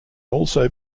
also